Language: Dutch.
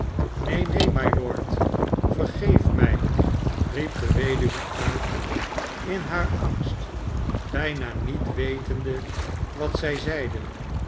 neen mylord vergeef mij riep de weduwe uit in haar angst bijna niet wetende wat zij zeide